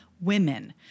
women